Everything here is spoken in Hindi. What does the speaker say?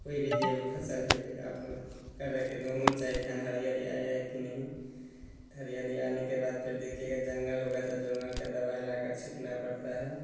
कोई भी जैविक फसल है के आप का रखें गेहूँ चाहे धान हरियाली आई है की नहीं हरियाली आने के बाद फ़िर देखिएगा जंगाल होगा तो जंगाल का दवाई लाकर छिड़कना पड़ता हैं